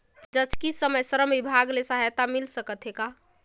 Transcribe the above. जचकी समय श्रम विभाग ले सहायता मिल सकथे का?